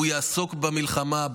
הוא יעסוק במלחמה,